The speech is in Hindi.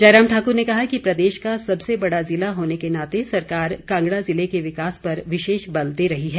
जयराम ठाकुर ने कहा कि प्रदेश का सबसे बड़ा जिला होने के नाते सरकार कांगड़ा ज़िले के विकास पर विशेष बल दे रही है